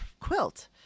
quilt